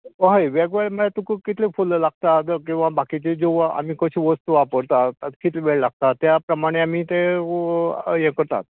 हय वेग वेगळो म्हळ्यार तुक कितलें फुलां लागता किंवां बाकींचे जे आमी कशें वस्तू वापरता कितलो वेळ लागता त्या प्रमाणे आमी तें यें करतात